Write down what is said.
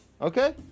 Okay